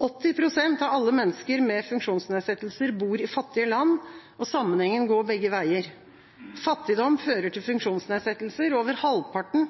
80 pst. av alle mennesker med funksjonsnedsettelser bor i fattige land, og sammenhengen går begge veier. Fattigdom fører til funksjonsnedsettelser. Over halvparten